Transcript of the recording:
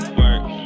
work